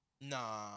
Nah